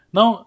Now